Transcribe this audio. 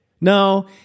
No